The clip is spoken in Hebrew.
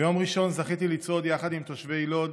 ביום ראשון זכיתי לצעוד יחד עם תושבי לוד